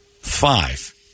five